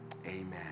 Amen